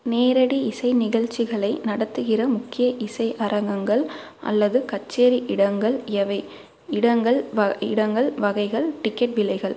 நேரடி இசை நிகழ்ச்சிகளை நடத்துகின்ற முக்கிய இசை அரங்கங்கள் அல்லது கச்சேரி இடங்கள் எவை இடங்கள் வ இடங்கள் வகைகள் டிக்கெட் விலைகள்